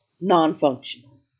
non-functional